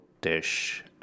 dish